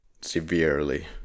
severely